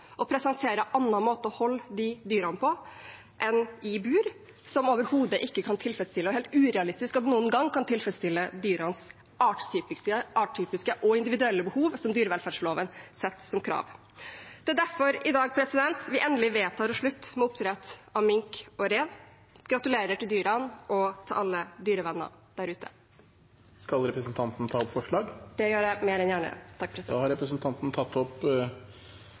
å presentere en annen måte å holde dyrene på enn i bur, noe som overhodet ikke kan tilfredsstille – og som det er helt urealistisk at det noen gang kan tilfredsstille – dyrenes artstypiske og individuelle behov, som dyrevelferdsloven setter som krav. Det er derfor vi i dag endelig vedtar å slutte med oppdrett av mink og rev. Gratulerer til dyrene og til alle dyrevenner der ute! Skal representanten ta opp forslag? Det gjør jeg mer enn gjerne. Da har representanten Une Bastholm tatt opp